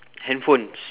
handphones